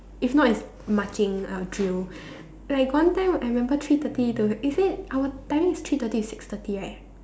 if not it's marching or drill like got one time I remember three thirty to is it our timing is three thirty to six thirty right